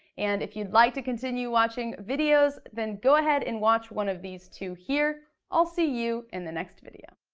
and if you'd like to continue watching videos, then go ahead and watch one of these two here. i'll see you in the next video.